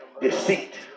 deceit